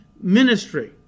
ministry